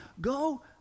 go